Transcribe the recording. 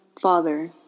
Father